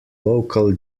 local